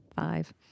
five